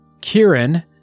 Kieran